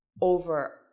over